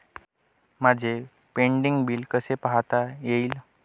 माझे pending bill कसे पाहता येईल?